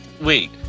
wait